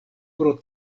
pro